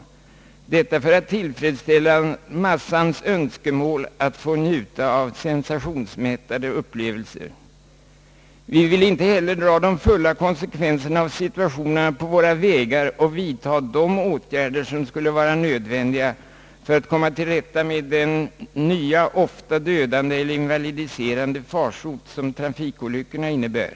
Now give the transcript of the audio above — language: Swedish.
Detta för att tillfredsställa massans önskemål att få njuta av sensationsmättade upplevelser. Vi vill inte dra de fulla konsekvenserna av förhållandena på våra vägar och vidta de åtgärder som skulle vara nödvändiga för att komma till rätta med den nya, ofta dödliga eller invalidiserande farsot som trafikolyckorna innebär.